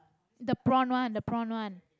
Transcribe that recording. the prawn one the prawn one